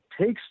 takes